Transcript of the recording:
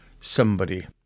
Somebody